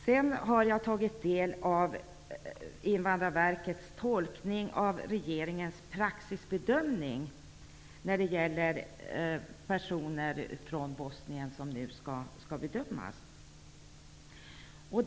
Jag har tagit del av Invandrarverkets tolkning av regeringens praxisbedömning när det gäller personer från Bosnien, vars ärenden nu skall bedömas.